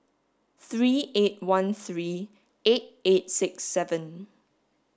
three eight one three eight eight six seven